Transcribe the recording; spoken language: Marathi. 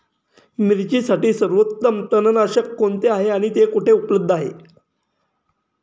मिरचीसाठी सर्वोत्तम तणनाशक कोणते आहे आणि ते कुठे उपलब्ध आहे?